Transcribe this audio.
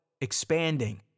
expanding